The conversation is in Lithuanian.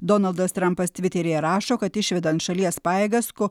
donaldas trampas tviteryje rašo kad išvedant šalies pajėgas ko